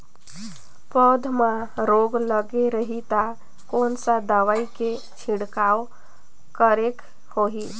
पौध मां रोग लगे रही ता कोन सा दवाई के छिड़काव करेके होही?